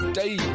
day